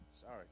Sorry